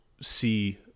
see